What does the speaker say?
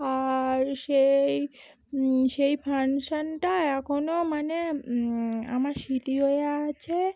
আর সেই সেই ফাংশানটা এখনো মানে আমার স্মৃতি হয়ে আছে